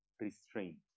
restraint